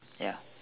ya